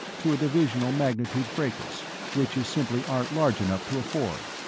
to a divisional magnitude fracas which you simply aren't large enough to afford.